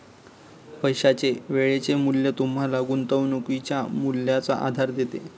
पैशाचे वेळेचे मूल्य तुम्हाला गुंतवणुकीच्या मूल्याचा आधार देते